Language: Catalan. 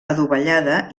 adovellada